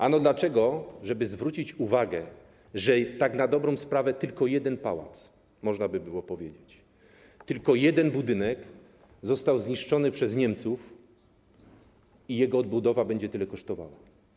Ano dlatego żeby zwrócić uwagę, że tak na dobrą sprawę to tylko jeden pałac, można by było powiedzieć, tylko jeden budynek, który został zniszczony przez Niemców, i jego odbudowa będzie tyle kosztowała.